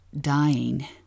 dying